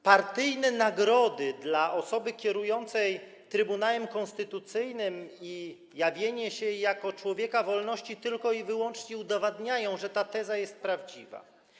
Partyjne nagrody dla osoby kierującej Trybunałem Konstytucyjnym i jawienie się jej jako człowieka wolności tylko i wyłącznie udowadniają, że ta teza jest prawdziwa.